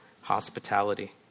hospitality